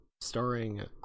Starring